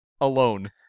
alone